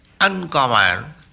uncommon